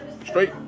Straight